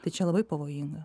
tai čia labai pavojinga